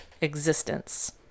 existence